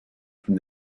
from